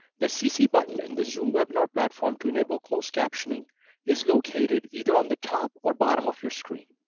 the cc button in the zoom webinar platform to enable closed captioning is located either on the top or bottom of your screen.